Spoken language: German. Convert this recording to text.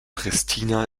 pristina